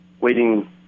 waiting